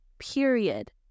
period